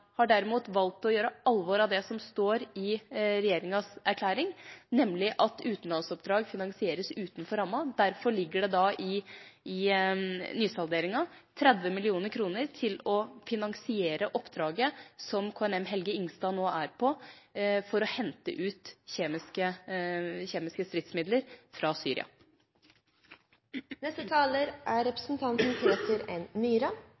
har derimot valgt å gjøre alvor av det som står i regjeringas erklæring, nemlig at utenlandsoppdrag finansieres utenfor rammen. Derfor ligger det i nysalderingen 30 mill. kr til å finansiere oppdraget som KNM «Helge Ingstad» nå er ute på – å hente ut kjemiske stridsmidler fra Syria. Det er